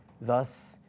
Thus